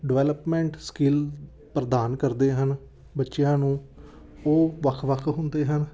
development skills ਪ੍ਰਦਾਨ ਕਰਦੇ ਹਨ ਬੱਚਿਆਂ ਨੂੰ ਉਹ ਵੱਖ ਵੱਖ ਹੁੰਦੇ ਹਨ